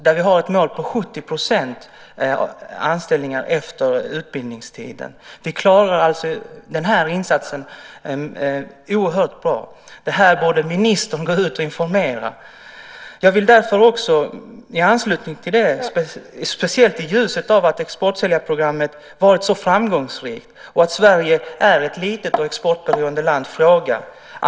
Målet har varit att 70 % ska få anställning efter utbildningstiden. Det klarar denna insats oerhört bra. Det här borde ministern informera om. I ljuset av att exportsäljarprogrammet har varit så framgångsrikt och att Sverige är ett litet och exportberoende land vill jag fråga följande.